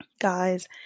guys